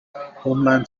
homeland